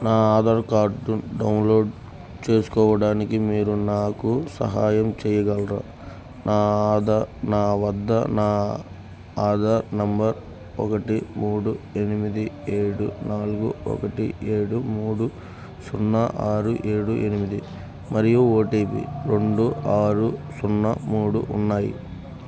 నా Aadhaar card download చేసుకోవడానికి మీరు నాకు సహాయం చేయగలరా నా ఆధా నా వద్ద నా ఆధార్ నంబర్ ఒకటి మూడు ఎనిమిది ఏడు నాలుగు ఒకటి ఏడు మూడు సున్నా ఆరు ఏడు ఎనిమిది మరియు ఓటీపీ రెండు ఆరు సున్నా మూడు ఉన్నాయి